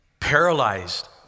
paralyzed